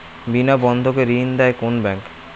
বিনা বন্ধকে ঋণ দেয় কোন ব্যাংক?